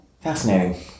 fascinating